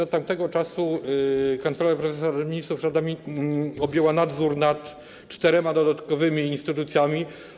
Od tamtego czasu Kancelaria Prezesa Rady Ministrów objęła nadzór nad czterema dodatkowymi instytucjami.